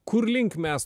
kur link mes